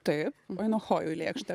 tai oinochojų lėkštę